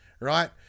right